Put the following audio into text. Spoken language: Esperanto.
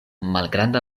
malgranda